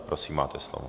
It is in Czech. Prosím, máte slovo.